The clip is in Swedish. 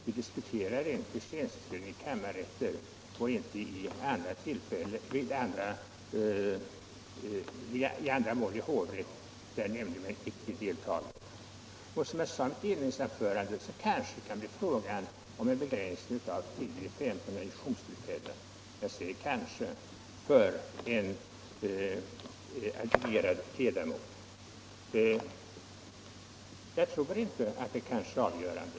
Vi diskuterar inte sammansättningen vid prövning i kammarrätt och inte sammansättningen vid andra mål i hovrätt, där nämndemän deltager. Som jag sade i mitt inledningsanförande kan det kanske — jag säger kanske — bli fråga om en begränsning av adjunktionstillfällen. Jag tror inte att det är avgörande.